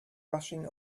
rushing